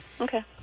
Okay